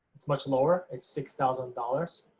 it's much lower, it's six thousand dollars,